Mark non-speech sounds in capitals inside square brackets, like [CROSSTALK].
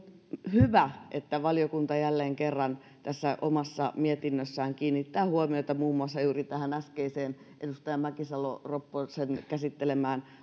hyvä että valiokunta jälleen kerran tässä omassa mietinnössään kiinnittää huomiota muun muassa juuri tähän äskeiseen edustaja mäkisalo ropposen käsittelemään [UNINTELLIGIBLE]